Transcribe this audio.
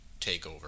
TakeOver